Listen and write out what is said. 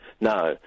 No